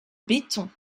béton